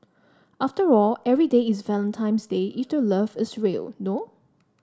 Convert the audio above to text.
after all every day is Valentine's Day if the love is real no